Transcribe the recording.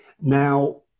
now